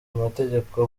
mategeko